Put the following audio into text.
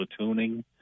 platooning